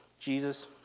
Jesus